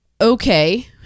okay